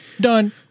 Done